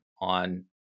on